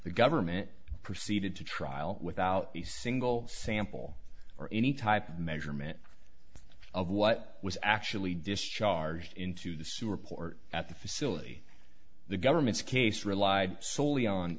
the government proceeded to trial without a single sample or any type of measurement of what was actually discharged into the sewer port at the facility the government's case relied solely on